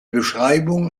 beschreibungen